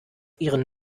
ihren